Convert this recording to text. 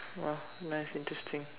!wah! nice interesting